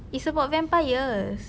it's about vampires